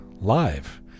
live